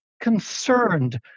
concerned